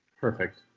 perfect